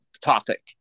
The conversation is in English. topic